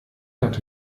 hat